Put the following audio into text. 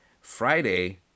Friday